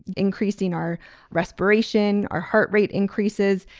increasing our respiration our heart rate increases.